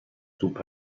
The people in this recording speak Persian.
توپ